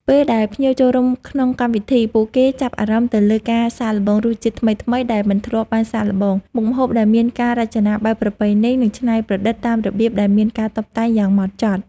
ពេលដែលភ្ញៀវចូលរួមក្នុងកម្មវិធី ពួកគេចាប់អារម្មណ៍ទៅលើការសាកល្បងរសជាតិថ្មីៗដែលមិនធ្លាប់បានសាកល្បង មុខម្ហូបដែលមានការរចនាបែបប្រពៃណី និងច្នៃប្រឌិតតាមរបៀបដែលមានការតុបតែងយ៉ាងម៉ត់ចត់។